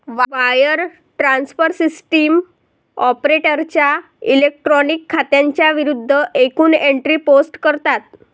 wire transfer system ऑपरेटरच्या electronic खात्यांच्या विरूद्ध एकूण एंट्री पोस्ट करतात